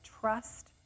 trust